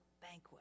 banquet